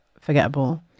forgettable